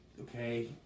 Okay